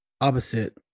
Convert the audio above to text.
opposite